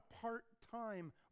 part-time